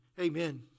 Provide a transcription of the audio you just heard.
amen